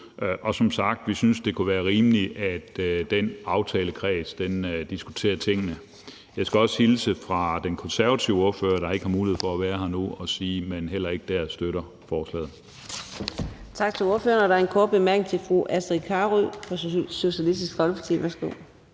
Som sagt synes vi, at det kunne være rimeligt, at den aftalekreds diskuterer tingene. Jeg skal også hilse fra den konservative ordfører, der ikke har mulighed for at være her nu, og sige, at man heller ikke der støtter forslaget.